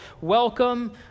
welcome